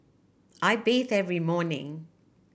I bathe every morning